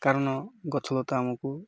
କାରଣ ଗଛଲତା ଆମକୁ